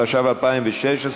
התשע"ו 2016,